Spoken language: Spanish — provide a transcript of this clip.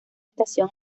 estación